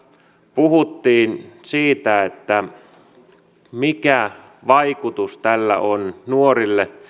puhuttiin siitä mikä vaikutus tällä on nuorille